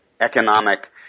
economic